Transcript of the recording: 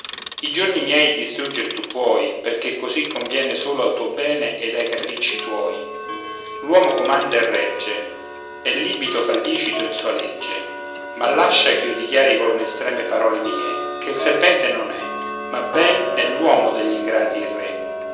i giorni miei distruggere tu puoi perché così conviene solo al tuo bene ed ai capricci tuoi l'uomo comanda e regge e libito fa licito in sua legge ma lascia ch'io dichiari coll'estreme parole mie che il serpente non è ma ben è l'uomo degli ingrati il re